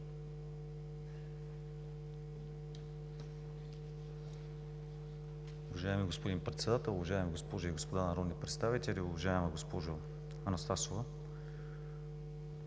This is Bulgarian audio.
Уважаеми господин Председател, уважаеми госпожи и господа народни представители! Уважаема госпожо Анастасова,